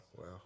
Wow